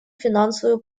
финансовую